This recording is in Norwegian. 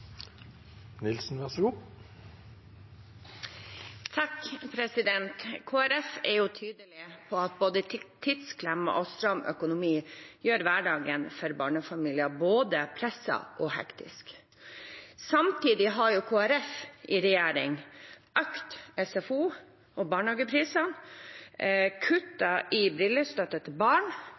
stram økonomi gjør hverdagen for barnefamilier både presset og hektisk. Samtidig har Kristelig Folkeparti i regjering økt SFO- og barnehagepriser, kuttet i brillestøtte til barn,